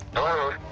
hello.